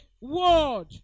word